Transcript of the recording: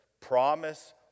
promise